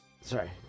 Sorry